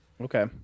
Okay